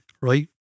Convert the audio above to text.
right